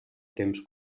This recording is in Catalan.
temps